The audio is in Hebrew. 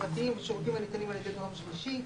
פרטיים ושירותים הניתנים על ידי גורם שלישי,